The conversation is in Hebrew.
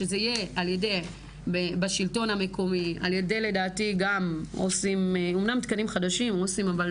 שזה יהיה בשלטון המקומי על ידי תקנים חדשים של עו"סים,